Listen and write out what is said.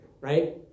right